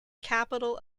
capital